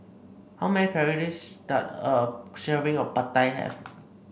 how many calories does a serving of Pad Thai have